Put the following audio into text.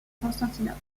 constantinople